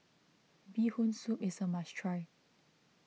Bee Hoon Soup is a must try